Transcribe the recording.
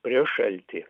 prieš šaltį